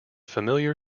familiar